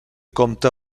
compta